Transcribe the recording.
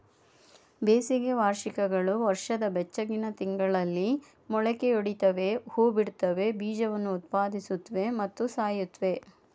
ಬೇಸಿಗೆ ವಾರ್ಷಿಕಗಳು ವರ್ಷದ ಬೆಚ್ಚಗಿನ ತಿಂಗಳಲ್ಲಿ ಮೊಳಕೆಯೊಡಿತವೆ ಹೂಬಿಡ್ತವೆ ಬೀಜವನ್ನು ಉತ್ಪಾದಿಸುತ್ವೆ ಮತ್ತು ಸಾಯ್ತವೆ